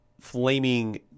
flaming